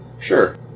Sure